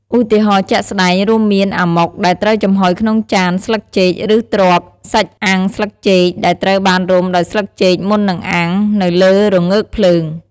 ឧទាហរណ៍ជាក់ស្តែងរួមមាន អាម៉ុក ដែលត្រូវចំហុយក្នុងចានស្លឹកចេក ឬ ទ្រប់ (សាច់អាំងស្លឹកចេក) ដែលត្រូវបានរុំដោយស្លឹកចេកមុននឹងអាំងនៅលើរងើកភ្លើង។